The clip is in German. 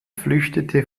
flüchtete